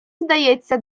здається